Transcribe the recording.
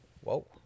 whoa